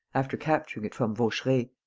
after capturing it from vaucheray.